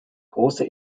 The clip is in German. große